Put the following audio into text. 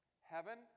Heaven